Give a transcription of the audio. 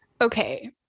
okay